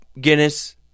Guinness